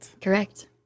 Correct